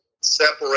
separate